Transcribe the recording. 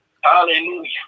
Hallelujah